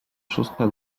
szósta